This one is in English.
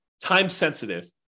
time-sensitive